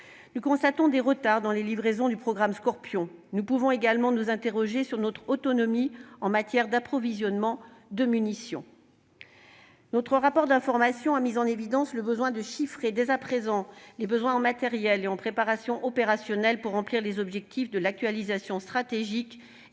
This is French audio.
Nous constatons des retards dans les livraisons du programme Scorpion. Nous pouvons également nous interroger sur notre autonomie en matière d'approvisionnement en munitions. Notre rapport d'information a mis en évidence la nécessité de chiffrer dès à présent les besoins en matériels et en préparation opérationnelle afin de remplir les objectifs de l'actualisation stratégique et de l'Ambition